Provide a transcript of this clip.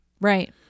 Right